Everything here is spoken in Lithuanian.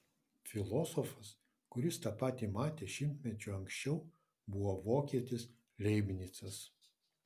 filosofas kuris tą patį matė šimtmečiu anksčiau buvo vokietis leibnicas